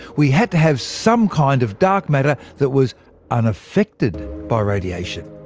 we had to have some kind of dark matter that was unaffected by radiation.